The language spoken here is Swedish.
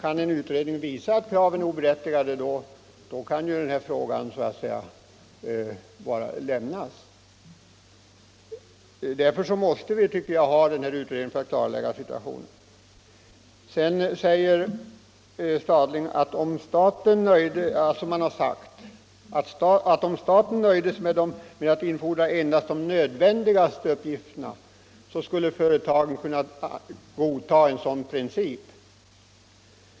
Om en utredning skulle visa att kraven är oberättigade, kan diskussionen om ersättningsfrågan lämnas. Därför måste vi, tycker jag, låta den här utredningen klarlägga situationen. Herr Stadling påstod att man från företagarhåll sagt att om staten nöjde sig med att infordra endast de nödvändigaste uppgifterna, skulle företagen kunna godta den principen.